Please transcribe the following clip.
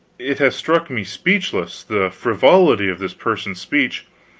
it hath struck me speechless, the frivolity of this person's speech.